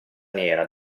nera